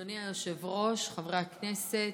אדוני היושב-ראש, חברי הכנסת,